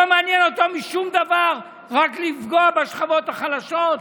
שלא מעניין אותו שום דבר, רק לפגוע בשכבות החלשות?